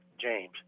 James